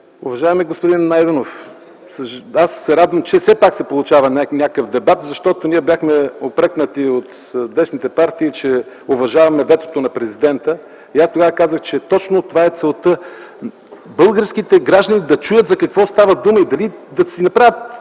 Уважаеми господин Найденов, аз се радвам, че все пак се получава някакъв дебат, защото ние бяхме упрекнати от десните партии, че уважаваме ветото на президента. И аз тогава казах, че точно това е целта – българските граждани да чуят за какво става дума и да си направят